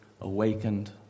awakened